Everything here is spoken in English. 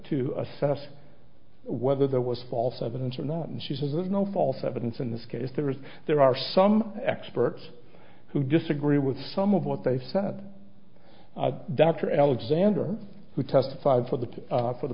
to assess whether there was false evidence or not and she has no false evidence in this case there is there are some experts who disagree with some of what they said that dr alexander who testified for the for the